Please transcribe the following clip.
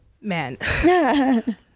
Man